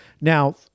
Now